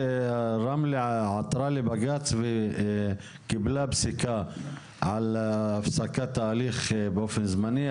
רמלה עתרה לבג"ץ וקיבלה פסיקה על הפסקת ההליך באופן זמני.